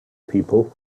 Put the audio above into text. people